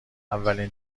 اولین